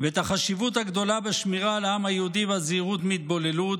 ואת החשיבות הגדולה בשמירה על העם היהודי והזהירות מהתבוללות.